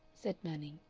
said manning,